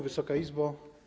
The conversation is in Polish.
Wysoka Izbo!